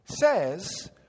says